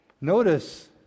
Notice